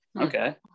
Okay